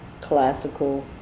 classical